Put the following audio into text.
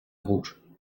rouge